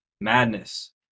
Madness